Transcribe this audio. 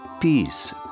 peace